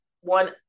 one